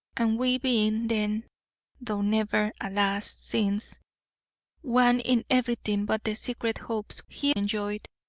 and we being then though never, alas! since one in everything but the secret hopes he enjoyed,